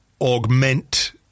augment